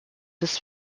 des